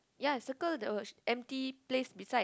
ya circle the empty space beside